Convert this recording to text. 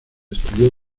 estudió